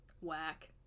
whack